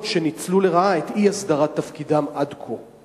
שניצלו לרעה את אי-הסדרת תפקידם עד כה?